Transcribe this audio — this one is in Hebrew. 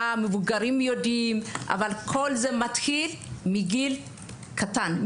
המבוגרים יודעים אבל כל זה מתחיל מגיל קטן,